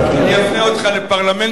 אני אפנה אותך לפרלמנטים